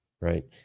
right